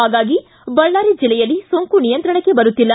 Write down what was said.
ಹಾಗಾಗಿ ಬಳ್ಳಾರಿ ಜಿಲ್ಲೆಯಲ್ಲಿ ಸೋಂಕು ನಿಯಂತ್ರಣಕ್ಕೆ ಬರುತ್ತಿಲ್ಲ